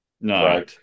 No